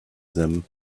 them